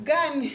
Gun